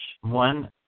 one